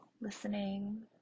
listening